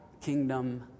kingdom